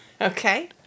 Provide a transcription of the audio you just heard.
Okay